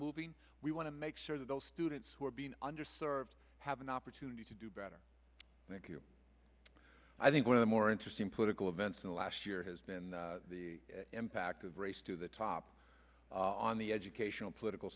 moving we want to make sure those students who are being under served have an opportunity to do better i think one of the more interesting political events in the last year has been the impact of race to the top on the educational political